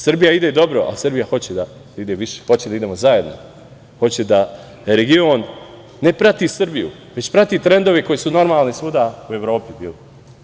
Srbija ide dobro, ali Srbija hoće da ide više, hoće da idemo zajedno, hoće da region, ne prati Srbiju, već prati trendove koji su normalni svuda u Evropi bili.